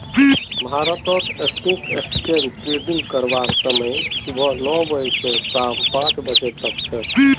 भारतत stock exchange trading करवार समय सुबह नौ बजे स शाम पांच बजे तक छेक